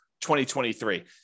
2023